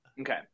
Okay